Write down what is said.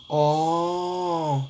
orh